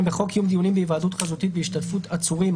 התש"ף 2020. בחוק קיום דיונים בהיוועדות חזותית בהשתתפות עצורים,